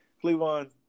Cleveland